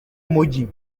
mugi